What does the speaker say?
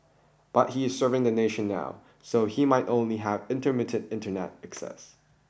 but he is serving the nation now so he might only have intermittent internet access